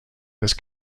this